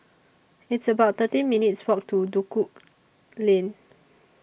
It's about thirteen minutes' Walk to Duku Lane